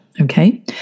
Okay